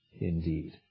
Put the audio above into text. Indeed